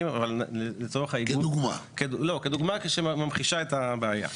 באחיסמך כדוגמה שממחישה את הבעיה.